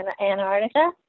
Antarctica